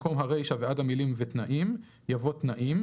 במקום הרישה עד המילה "ותנאים" יבוא "תנאים",